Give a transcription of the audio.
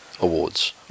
Awards